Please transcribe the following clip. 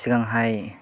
सिगांहाय